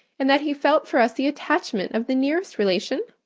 and that he felt for us the attachment of the nearest relation?